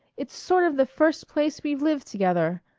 it's sort of the first place we've lived together.